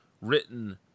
written